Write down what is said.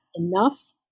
enough